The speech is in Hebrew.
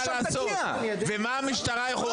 ומה המשטרה יכולה לעשות?